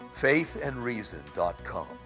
faithandreason.com